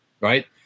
right